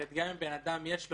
גם אם לבן אדם יש,